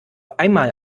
einmal